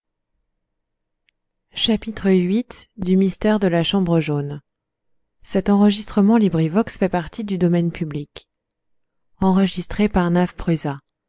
le mystère de la chambre jaune